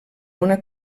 una